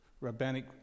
rabbinic